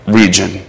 region